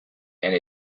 and